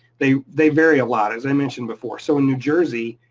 they they vary a lot as i mentioned before. so in new jersey,